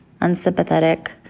unsympathetic